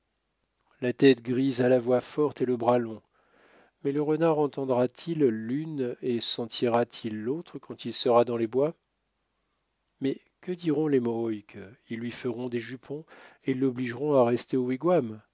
la tête grise a la voix forte et le bras long mais le renard entendra-t-il l'une et sentira t il l'autre quand il sera dans les bois mais que diront les mohawks ils lui feront des jupons et l'obligeront à rester au